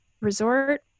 resort